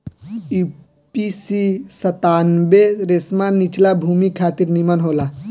UPC सत्तानबे रेशमा निचला भूमि खातिर निमन होला